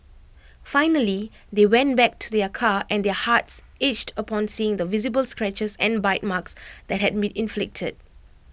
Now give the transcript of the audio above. finally they went back to their car and their hearts ached upon seeing the visible scratches and bite marks that had been inflicted